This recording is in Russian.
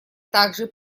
также